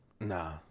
Nah